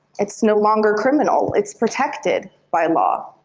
it's no longer criminal, it's protected by law.